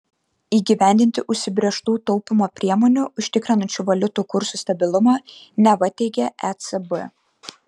įgyvendinti užsibrėžtų taupymo priemonių užtikrinančių valiutų kursų stabilumą neva teigia ecb